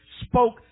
spoke